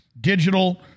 digital